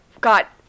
got